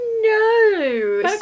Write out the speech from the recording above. no